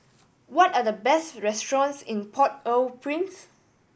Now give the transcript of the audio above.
what are the best restaurants in Port Au Prince